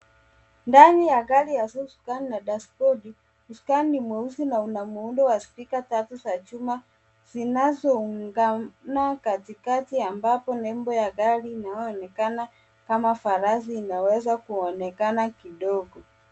Ndani ya gari ionyeshayo usukani na dashibodi, usukani ni mweusi na una muundo wa spika tatu za chuma zinazoungana katikati ambapo nembo ya gari inayoonekana kama farasi inaweza kuonekana kidogo.